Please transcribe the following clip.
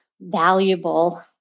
valuable